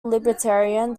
libertarian